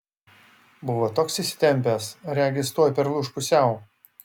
buvo toks įsitempęs regis tuoj perlūš pusiau